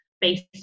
Based